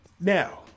now